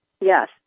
Yes